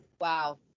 Wow